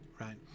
right